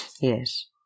Yes